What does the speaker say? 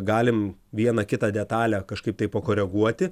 galim vieną kitą detalę kažkaip tai pakoreguoti